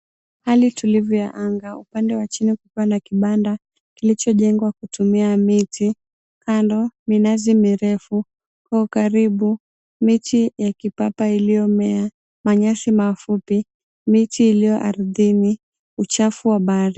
Hali tulivu ya anga, upande wa chini kukiwa na kibanda kilichojengwa kutumia miti. Kando minazi mirefu, kwa ukaribu miche ya kipapa iliyomea, manyasi mafupi, miche iliyo ardhini, uchafu wa baharini.